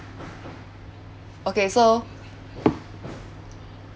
okay so